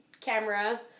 camera